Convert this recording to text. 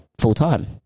full-time